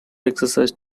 exercise